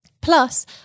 Plus